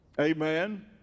amen